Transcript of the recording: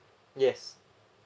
yes